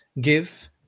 Give